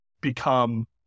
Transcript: become